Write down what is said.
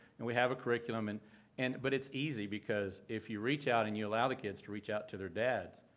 and we have a curriculum. and and but it's easy, because if you reach out and you allow the kids to reach out to their dads,